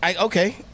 Okay